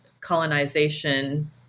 colonization